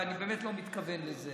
ואני באמת לא מתכוון לזה.